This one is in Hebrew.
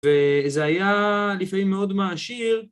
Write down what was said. וזה היה לפעמים מאוד מעשיר.